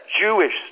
Jewish